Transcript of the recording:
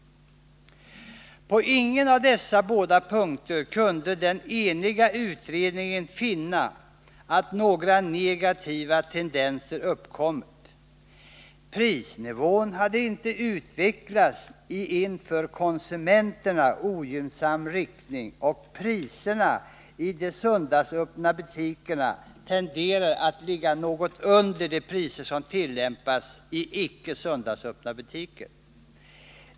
På ingen av dessa båda punkter kunde den eniga utredningen finna att några negativa tendenser uppkommit. Prisnivån hade inte ”utvecklats i en för konsumenterna ogynnsam riktning och priserna i de söndagsöppna butikerna tenderar att ligga något under de priser som tillämpas i icke söndagsöppna butiker”.